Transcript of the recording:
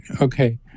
Okay